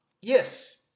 Yes